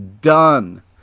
done